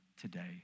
today